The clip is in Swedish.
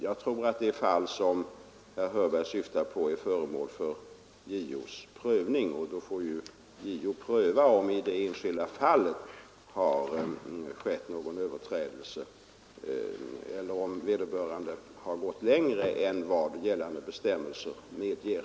Jag tror att det fall som herr Hörberg syftar på är föremål för JO:s prövning. Då får JO pröva om i det enskilda fallet har skett någon överträdelse eller om vederbörande gått längre än vad gällande bestämmelser medger.